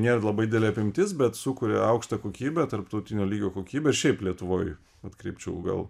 nėr labai didelė apimtis bet sukuria aukštą kokybę tarptautinio lygio kokybę ir šiaip lietuvoj atkreipčiau gal